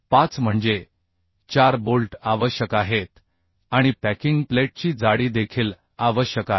85 म्हणजे 4 बोल्ट आवश्यक आहेत आणि पॅकिंग प्लेटची जाडी देखील आवश्यक आहे